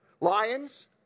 Lions